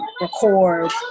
record